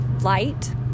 light